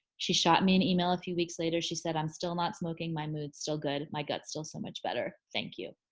she shot me an email a few weeks later she said, i'm still not smoking, my mood's still good. my gut's still so much better, thank you.